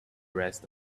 rest